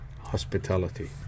Hospitality